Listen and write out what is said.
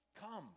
come